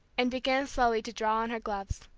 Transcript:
and began slowly to draw on her gloves.